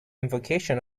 invocation